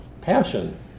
passion